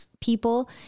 people